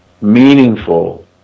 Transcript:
meaningful